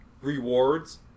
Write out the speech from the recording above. rewards